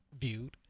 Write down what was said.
viewed